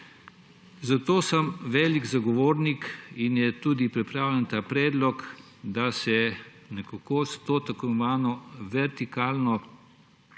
Zato sem velik zagovornik in je tudi pripravljen ta predlog, da se nekako s to tako imenovano vertikalno